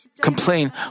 complain